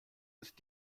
ist